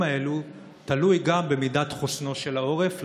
האלו תלוי גם במידת חוסנו של העורף.